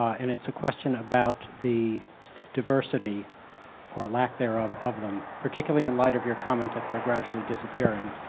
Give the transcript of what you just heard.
and it's a question about the diversity or lack there of of them, particularly in light of your comment that they're gradually disappearing.